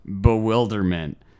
bewilderment